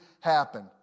happen